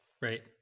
right